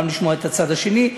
גם לשמוע את הצד השני,